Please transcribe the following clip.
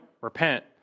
repent